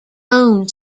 own